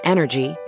Energy